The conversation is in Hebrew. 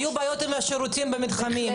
היו בעיות עם השירותים במתחמים,